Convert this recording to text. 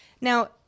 now